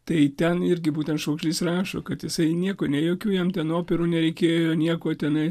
tai ten irgi būtent šauklys rašo kad jisai nieko ne jokių jam ten operų nereikėjo nieko tenai